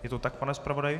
Je to tak, pane zpravodaji?